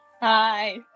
Hi